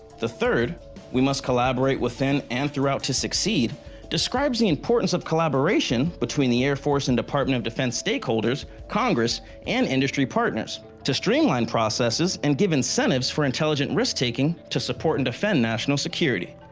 the third we must collaborate within and throughout to succeed describes the importance of collaboration between the air force and department of defense stakeholders, congress and industry partners to streamline processes and give incentives for intelligent risk-taking to support and defend national security.